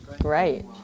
great